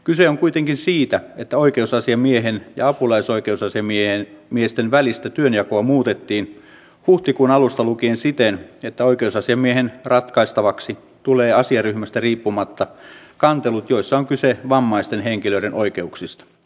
kyse on kuitenkin siitä että oikeusasiamiehen ja apulaisoikeusasiamiesten välistä työnjakoa muutettiin huhtikuun alusta lukien siten että oikeusasiamiehen ratkaistavaksi tulee asiaryhmästä riippumatta kantelut joissa on kyse vammaisten henkilöiden oikeuksista